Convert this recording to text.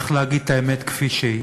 צריך להגיד את האמת כפי שהיא.